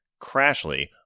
Crashly